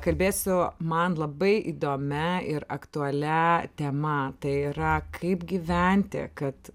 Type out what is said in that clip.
kalbėsiu man labai įdomia ir aktualia tema tai yra kaip gyventi kad